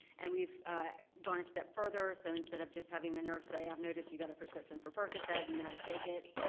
and we've gone a step further, so instead of having the nurse say i've noticed you've got a prescription for percocet, do you know how to take it,